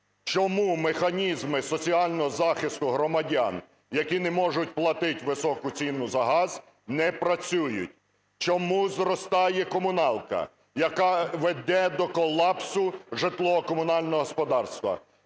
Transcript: чому механізми соціального захисту громадян, які не можуть платити високу ціну за газ, не працюють? Чому зростає комуналка, яка веде до колапсу житлово-комунального господарства?